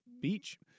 Beach